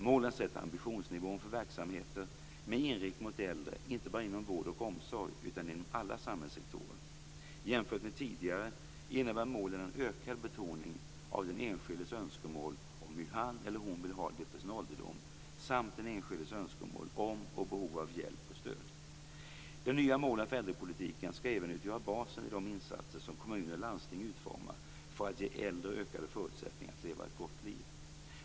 Målen sätter ambitionsnivån för verksamheter med inriktning mot äldre inte bara inom vård och omsorg utan inom alla samhällssektorer. Jämfört med tidigare innebär målen en ökad betoning av den enskildes önskemål om hur han eller hon vill ha det på sin ålderdom samt den enskildes önskemål om och behov av hjälp och stöd. De nya målen för äldrepolitiken skall även utgöra basen i de insatser som kommuner och landsting utformar för att ge äldre ökade förutsättningar att leva ett gott liv.